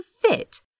fit